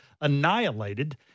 annihilated